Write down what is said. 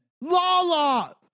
lala